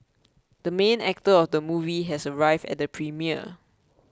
the main actor of the movie has arrived at the premiere